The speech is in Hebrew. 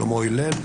שלמה הלל,